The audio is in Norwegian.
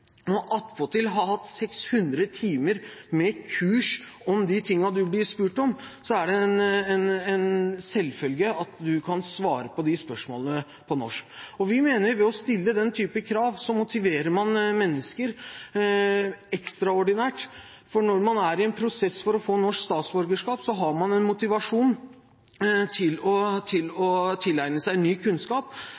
attpåtil har hatt 600 timer med kurs om de tingene som man blir spurt om, er det en selvfølge at man kan svare på de spørsmålene på norsk. Vi mener at man ved å stille den typen krav motiverer mennesker ekstraordinært, for når man er i en prosess for å få norsk statsborgerskap, har man en motivasjon til å tilegne seg ny kunnskap. Det vil også være en ekstra gulrot for å strekke seg